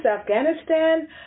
Afghanistan